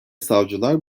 savcılar